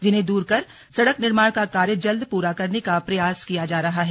जिन्हें दूर कर सड़क निर्माण का कार्य जल्द पूरा करने का प्रयास किया जा रहा है